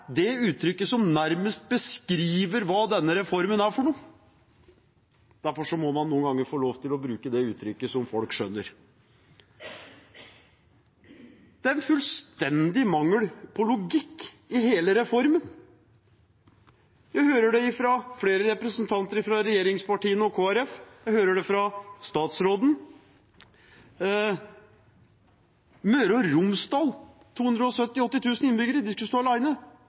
det uttrykket som nærmest beskriver hva denne reformen er for noe. Derfor må man noen ganger få lov til å bruke det uttrykket som folk skjønner. Det er en fullstendig mangel på logikk i hele reformen. Jeg hører det fra flere representanter fra regjeringspartiene og Kristelig Folkeparti, jeg hører det fra statsråden. Møre og Romsdal med 270 000–280 000 innbyggere skal stå